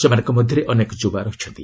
ସେମାନଙ୍କ ମଧ୍ୟରେ ଅନେକ ଯୁବା ରହିଛନ୍ତି